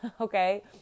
Okay